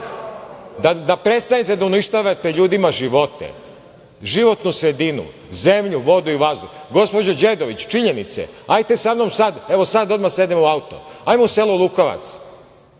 da prestanete da uništavate ljudima živote, životnu sredinu, zemlju, vodu i vazduh. Gospođo Đedović, činjenice, hajte sa mnom sada, evo sada odmah sednemo u auto, hajmo u selo Lukovac,